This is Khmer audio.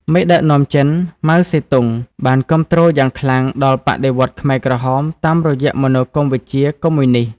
មេដឹកនាំចិន ម៉ៅ សេទុង បានគាំទ្រយ៉ាងខ្លាំងដល់បដិវត្តន៍ខ្មែរក្រហមតាមរយៈមនោគមវិជ្ជាកុម្មុយនីស្ត។